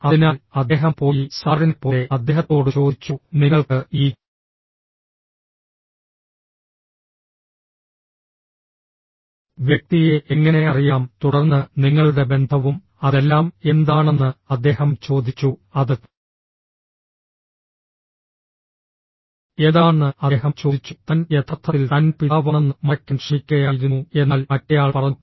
അതിനാൽ അദ്ദേഹം പോയി സാറിനെപ്പോലെ അദ്ദേഹത്തോട് ചോദിച്ചു നിങ്ങൾക്ക് ഈ വ്യക്തിയെ എങ്ങനെ അറിയാം തുടർന്ന് നിങ്ങളുടെ ബന്ധവും അതെല്ലാം എന്താണെന്ന് അദ്ദേഹം ചോദിച്ചു അത് എന്താണെന്ന് അദ്ദേഹം ചോദിച്ചു താൻ യഥാർത്ഥത്തിൽ തൻ്റെ പിതാവാണെന്ന് മറയ്ക്കാൻ ശ്രമിക്കുകയായിരുന്നു എന്നാൽ മറ്റേയാൾ പറഞ്ഞു